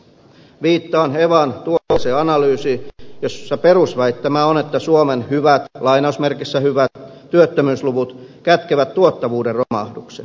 viittaan evan tuoreeseen analyysiin jossa perusväittämä on että suomen hyvät lainausmerkeissä hyvät työttömyysluvut kätkevät tuottavuuden romahduksen